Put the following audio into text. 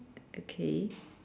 okay